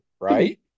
Right